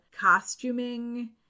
costuming